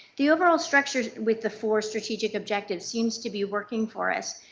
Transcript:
the overall structure with the four strategic objectives seems to be working for us.